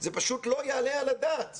זה פשוט לא יעלה על הדעת.